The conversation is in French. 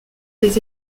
des